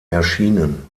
erschienen